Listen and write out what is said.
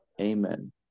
Amen